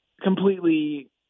completely